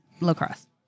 lacrosse